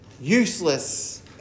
useless